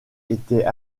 étaient